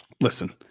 Listen